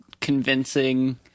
convincing